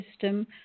system